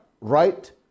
right